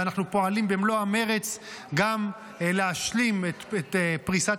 ואנחנו פועלים במלוא המרץ גם להשלים את פריסת